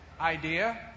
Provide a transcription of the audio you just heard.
idea